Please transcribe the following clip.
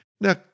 Now